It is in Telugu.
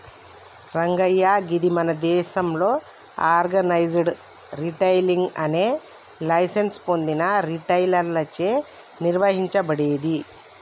రంగయ్య గీది మన దేసంలో ఆర్గనైజ్డ్ రిటైలింగ్ అనేది లైసెన్స్ పొందిన రిటైలర్లచే నిర్వహించబడేది